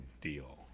deal